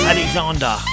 Alexander